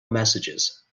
messages